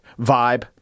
Vibe